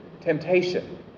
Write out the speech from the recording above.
temptation